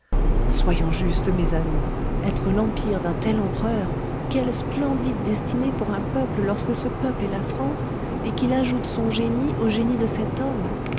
soyons justes mes amis être l'empire d'un tel empereur quelle splendide destinée pour un peuple lorsque ce peuple est la france et qu'il ajoute son génie au génie de cet homme